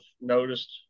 noticed